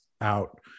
out